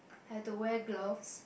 I had to wear gloves